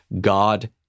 God